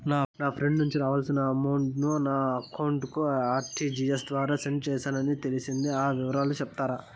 నా ఫ్రెండ్ నుండి రావాల్సిన అమౌంట్ ను నా అకౌంట్ కు ఆర్టిజియస్ ద్వారా సెండ్ చేశారు అని తెలిసింది, ఆ వివరాలు సెప్తారా?